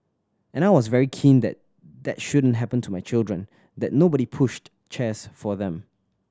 and I was very keen that that shouldn't happen to my children that nobody pushed chairs for them